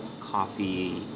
coffee